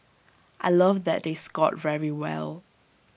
I love that they scored very well